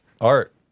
art